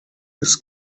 his